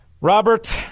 Robert